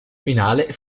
finale